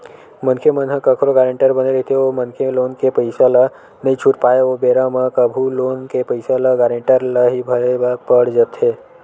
मनखे मन ह कखरो गारेंटर बने रहिथे ओ मनखे लोन के पइसा ल नइ छूट पाय ओ बेरा म कभू लोन के पइसा ल गारेंटर ल ही भरे ल पड़ जाथे